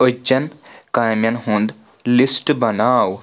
أزچیٚن کامِین ہُند لسٹ بناو